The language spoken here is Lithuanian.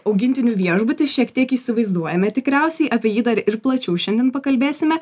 augintinių viešbutis šiek tiek įsivaizduojame tikriausiai apie jį dar ir plačiau šiandien pakalbėsime